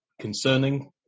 concerning